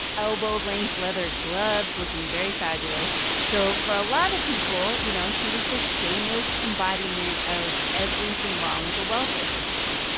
elbow-length leather gloves, looking very fabulous so for a lot of people, you know, she was the shameless embodiment of everything wrong with the welfare system.